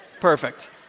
Perfect